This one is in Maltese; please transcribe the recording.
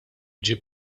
ġie